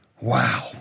Wow